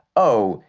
oh,